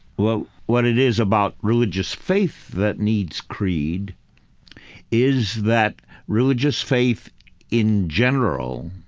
well, what it is about religious faith that needs creed is that religious faith in general,